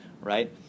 right